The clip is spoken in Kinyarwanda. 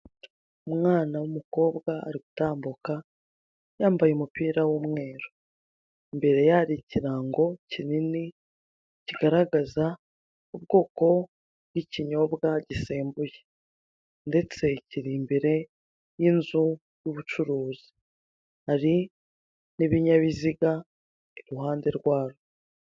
Umwana w'umukobwa ari gutambuka yambaye umupira w'umweru, imbere ye hari ikirango kinini kigaragaza ubwoko bw'ikinyobwa gisembuye ndetse kiri imbere y'inzu y'ubucuruzi, hari n'ibinyabiziga i ruhande rwayo.